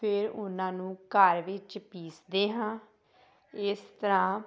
ਫਿਰ ਉਹਨਾਂ ਨੂੰ ਘਰ ਵਿੱਚ ਪੀਸਦੇ ਹਾਂ ਇਸ ਤਰ੍ਹਾਂ